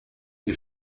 ihr